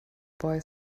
boy